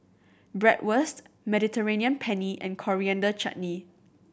Bratwurst Mediterranean Penne and Coriander Chutney